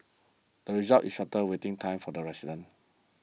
the result is shorter waiting time for the residents